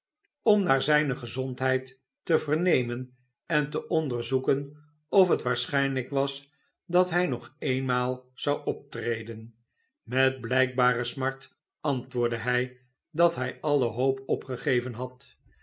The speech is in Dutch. om naar zijne gezondheid te vernemen en te onderzoeken of het waarschijnlijk was dat hij nog eenmaal zou optreden met blijkbare smart antwoordde hij dat hij alle hoop opgegeven had